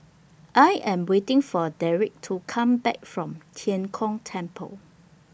I Am waiting For Dereck to Come Back from Tian Kong Temple